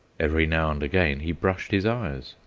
every now and again he brushed his eyes.